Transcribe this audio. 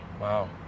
Wow